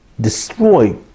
destroy